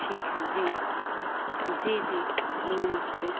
ठीक है जी जी जी नमस्ते